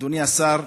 אדוני השר,